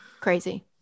Crazy